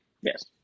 Yes